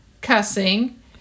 cussing